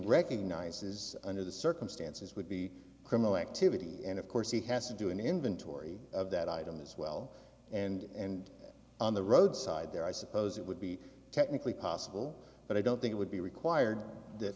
recognizes under the circumstances would be criminal activity and of course he has to do an inventory of that item as well and on the roadside there i suppose it would be technically possible but i don't think it would be required